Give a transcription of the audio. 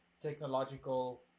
technological